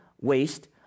waste